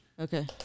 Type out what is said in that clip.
Okay